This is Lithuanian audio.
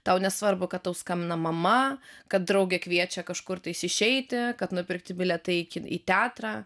tau nesvarbu kad tau skambina mama kad draugė kviečia kažkur tai išeiti kad nupirkti bilietai į į teatrą